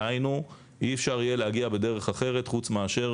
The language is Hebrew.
דהיינו אי-אפשר יהיה להגיע בדרך אחרת חוץ מאשר